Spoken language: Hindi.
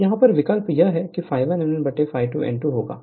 तो यहाँ पर विकल्प यह ∅1n1 ∅2n2 होगा